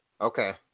Okay